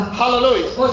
hallelujah